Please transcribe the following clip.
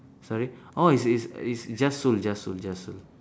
sorry orh is is is